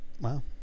Wow